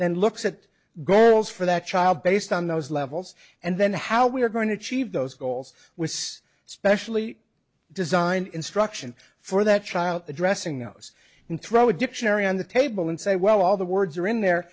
then looks at goals for that child based on those levels and then how we are going to achieve those goals was specially designed instruction for that child addressing those can throw a dictionary on the table and say well all the words are in there